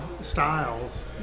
styles